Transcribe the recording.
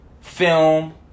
film